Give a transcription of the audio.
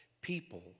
people